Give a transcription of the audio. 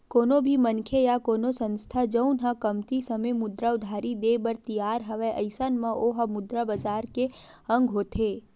कोनो भी मनखे या कोनो संस्था जउन ह कमती समे मुद्रा उधारी देय बर तियार हवय अइसन म ओहा मुद्रा बजार के अंग होथे